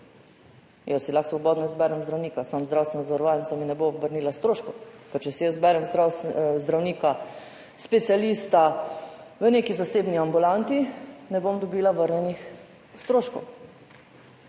Jaz si lahko svobodno izberem zdravnika, samo zdravstvena zavarovalnica mi ne bo vrnila stroškov. Ker če si jaz izberem zdravnika specialista v neki zasebni ambulanti, ne bom dobila vrnjenih stroškov.